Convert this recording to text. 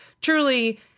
truly